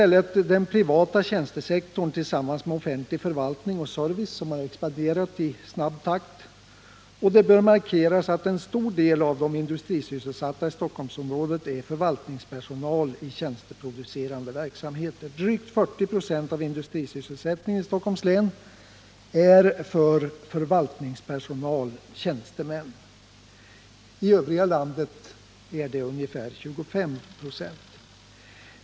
Här är det den privata tjänstesektorn tillsammans med offentlig förvaltning och service som har expanderat i snabb takt. Det bör markeras att en stor del av de industrisysselsatta i Stockholmsområdet utgörs av förvaltningspersonal i tjänsteproducerande verksamhet. Drygt 40 96 av industrisysselsättningen i Stockholms län är sysselsättning för förvaltningspersonal/tjänstemän. I övriga landet är motsvarande andel ungefär 25 96.